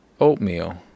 oatmeal